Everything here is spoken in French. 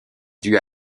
due